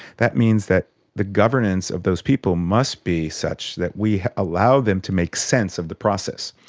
that means that the governance of those people must be such that we allow them to make sense of the process.